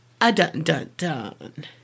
A-dun-dun-dun